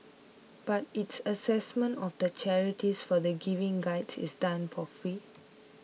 but its assessment of the charities for the Giving Guides is done for free